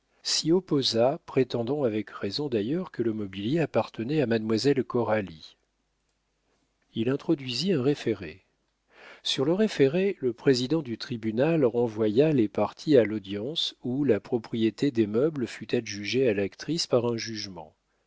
s'y opposa prétendant avec raison d'ailleurs que le mobilier appartenait à mademoiselle coralie il introduisit un référé sur le référé le président du tribunal renvoya les parties à l'audience où la propriété des meubles fut adjugée à l'actrice par un jugement